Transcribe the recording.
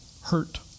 hurt